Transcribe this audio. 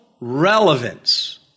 relevance